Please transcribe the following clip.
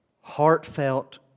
heartfelt